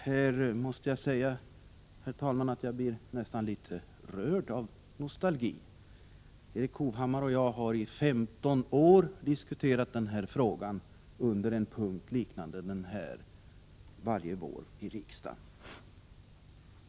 Här måste jag säga, herr talman, att jag nästan blir litet rörd av nostalgi. Erik Hovhammar och jag har i 15 år diskuterat den frågan under en punkt liknande den här varje vår i riksdagen.